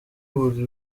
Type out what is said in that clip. buri